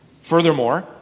Furthermore